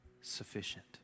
sufficient